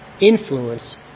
influence